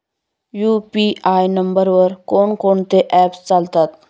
UPI नंबरवर कोण कोणते ऍप्स चालतात?